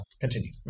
Continue